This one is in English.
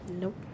nope